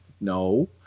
No